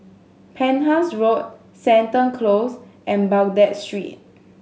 Penhas Road Seton Close and Baghdad Street